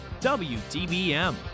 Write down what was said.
WDBM